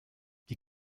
die